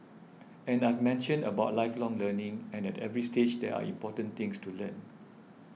and I've mentioned about lifelong learning and at every stage there are important things to learn